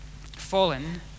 Fallen